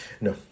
No